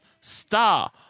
star